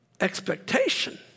expectation